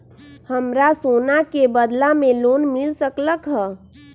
हमरा सोना के बदला में लोन मिल सकलक ह?